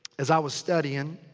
as i was studying.